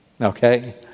Okay